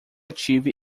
tive